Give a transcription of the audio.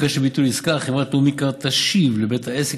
במקרה של ביטול עסקה חברת לאומי קארד תשיב לבית העסק